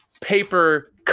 paper